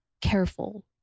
careful